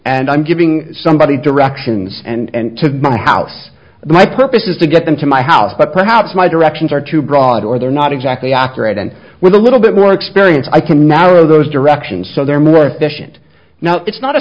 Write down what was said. and i'm giving somebody directions and to my house and my purpose is to get them to my house but perhaps my directions are too broad or they're not exactly accurate and with a little bit more experience i can narrow those directions so they're more efficient now it's not a